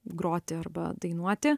groti arba dainuoti